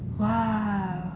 !wow!